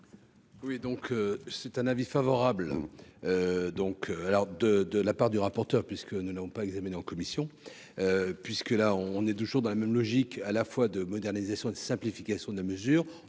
Oui, donc c'est un avis favorable donc alors de de la part du rapporteur, puisque nous n'avons pas examiné en commission, puisque là, on est toujours dans la même logique, à la fois de modernisation et de simplification de la mesure